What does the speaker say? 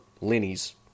Lenny's